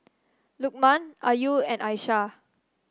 Lukman Ayu and Aishah